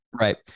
Right